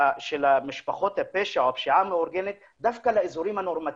משפחות הפשע או הפשיעה המאורגנת דווקא לאזורים הנורמטיביים,